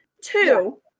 Two